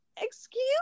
Excuse